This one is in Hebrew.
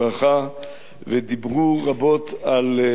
ודיברו רבות על ערך השתיקה.